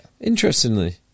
Interestingly